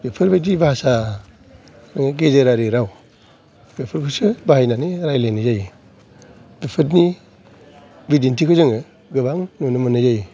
बेफोरबादि भासानि गेजेरारि राव बेफोरखौसो बाहायनानै रायलायनाय जायो बेफोरनि बिदिन्थिखौ जोङो गोबां नुनो मोननाय जायो